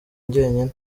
njyenyine